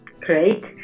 Great